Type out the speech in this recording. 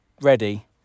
Ready